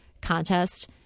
contest